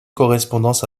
correspondance